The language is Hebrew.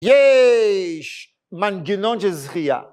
יש מנגנון של זכיה